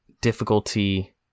difficulty